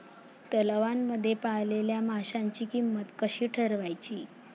तलावांमध्ये पाळलेल्या माशांची किंमत कशी ठरवायची?